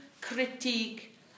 critique